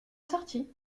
sortie